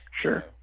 Sure